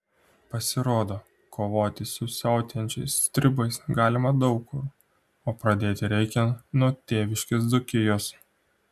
pasirodo kovoti su siautėjančiais stribais galima daug kur o pradėti reikia nuo tėviškės dzūkijos